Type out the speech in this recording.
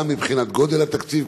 גם מבחינת גודל התקציב,